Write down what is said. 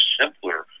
simpler